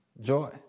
joy